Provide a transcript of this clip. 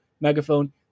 Megaphone